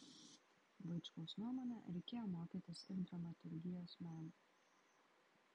vaičkaus nuomone reikėjo mokytis ir dramaturgijos meno